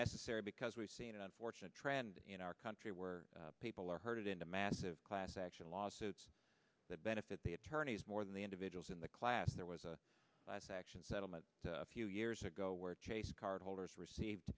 necessary because we've seen an unfortunate trend in our country where people are herded into massive class action lawsuits that benefit the attorneys more than the individuals in the class there was a class action settlement a few years ago where chase cardholders